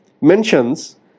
mentions